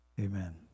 Amen